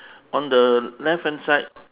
on the left hand side